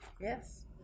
yes